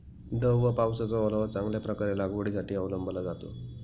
दव व पावसाचा ओलावा चांगल्या प्रकारे लागवडीसाठी अवलंबला जातो